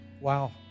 wow